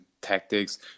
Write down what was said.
tactics